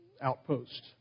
outposts